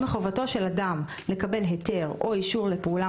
או מחובתו של אדם לקבל היתר או אישור לפעולה